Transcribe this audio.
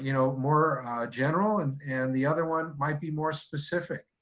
you know more general and and the other one might be more specific.